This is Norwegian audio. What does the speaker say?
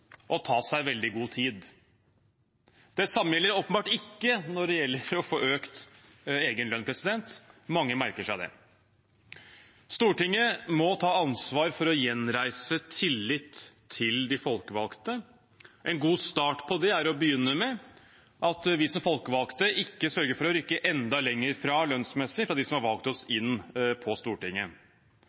og ta seg veldig god tid. Det samme gjelder åpenbart ikke når det gjelder å få økt egen lønn. Mange merker seg det. Stortinget må ta ansvar for å gjenreise tillit til de folkevalgte. En god start på det er å begynne med at vi som folkevalgte ikke sørger for lønnsmessig å rykke enda lenger fra dem som har valgt oss inn på Stortinget.